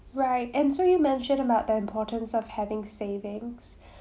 right and so you mentioned about the importance of having savings